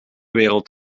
wereld